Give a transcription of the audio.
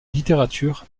littérature